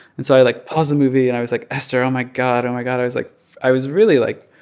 and so i, like, paused the movie. and i was like esther, oh, my god. oh, my god. i was like i was really, like,